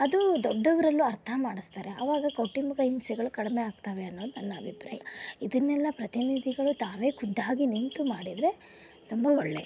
ಅದು ದೊಡ್ಡವರಲ್ಲೂ ಅರ್ಥ ಮಾಡಿಸ್ತಾರೆ ಆವಾಗ ಕೌಟುಂಬಿಕ ಹಿಂಸೆಗಳು ಕಡಿಮೆ ಆಗ್ತವೆ ಅನ್ನೋದು ನನ್ನ ಅಭಿಪ್ರಾಯ ಇದನ್ನೆಲ್ಲ ಪ್ರತಿನಿಧಿಗಳು ತಾವೇ ಖುದ್ದಾಗಿ ನಿಂತು ಮಾಡಿದರೆ ತುಂಬ ಒಳ್ಳೇದು